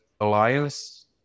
Alliance